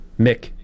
Mick